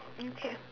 mm okay